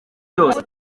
byose